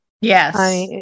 Yes